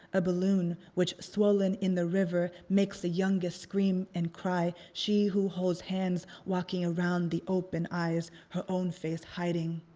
a balloon which swollen in the river makes the youngest scream and cry, she who holds hands walking around the open eyes her own face hiding.